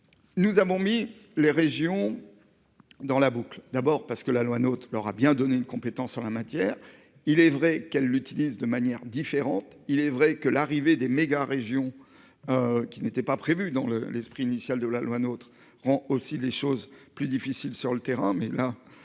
Nous avons mis les régions. Dans la boucle d'abord parce que la loi note leur a bien donné une compétence en la matière. Il est vrai qu'elle l'utilise de manière différente. Il est vrai que l'arrivée des méga-régions. Qui n'était pas prévu dans le l'esprit initial de la loi notre rend aussi les choses plus difficiles sur le terrain